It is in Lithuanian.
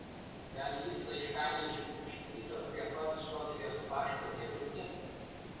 gal jis laiškanešiui iškrito prie pat sofijos pašto dėžutės